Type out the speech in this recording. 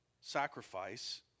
sacrifice